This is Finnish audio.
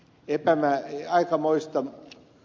kyllä tämä aikamoista